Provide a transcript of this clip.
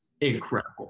incredible